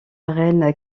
reine